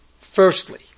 Firstly